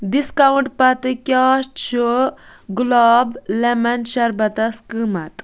discount پتہٕ کیٛاہ چھُ گُلاب لیٚمَن شربتس قۭمتھ